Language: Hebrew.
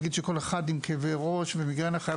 להגיד שכל אחד עם כאבי ראש ומיגרנה חייב